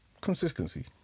consistency